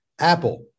Apple